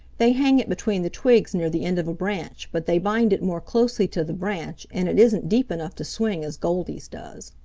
they hang it between the twigs near the end of a branch, but they bind it more closely to the branch and it isn't deep enough to swing as goldy's does.